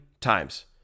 times